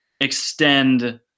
extend